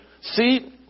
see